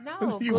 no